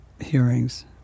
hearings